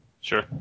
Sure